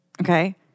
Okay